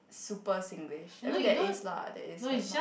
super Singlish I mean there is lah there is but not